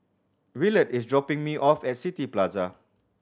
Willard is dropping me off at City Plaza